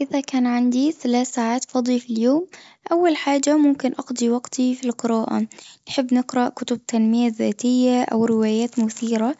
إذا كان عندي ثلاث ساعات فاضية في اليوم، أول حاجة ممكن أقضي وقتي في القراءة نحب نقرأ كتب التنمية الذاتية أو روايات مثيرة،